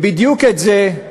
בדיוק את זה,